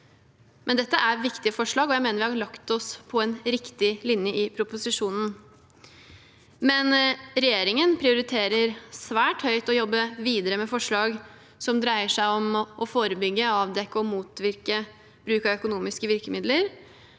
dette er viktige forslag, og jeg mener vi har lagt oss på en riktig linje i proposisjonen. Regjeringen prioriterer svært høyt å jobbe videre med forslag som dreier seg om å forebygge, avdekke og motvirke bruk av økonomiske virkemidler